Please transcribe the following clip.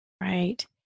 Right